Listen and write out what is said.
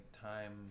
time